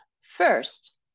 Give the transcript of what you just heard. First